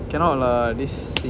cannot lah this thing